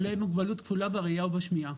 בעלי מוגבלות כפולה בראייה ובשמיעה.